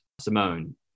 simone